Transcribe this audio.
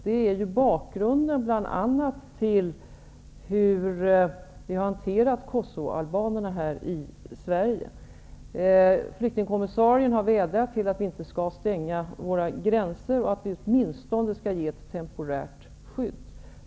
Det är ju bl.a. bakgrunden till hur vi har hanterat kosovoalbanerna här i Sverige. Flyktingkommissarien har vädjat till oss att inte stänga våra gränser och att vi åtminstone skall ge ett temporärt skydd.